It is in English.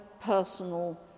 personal